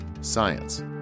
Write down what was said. science